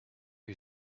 who